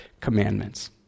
commandments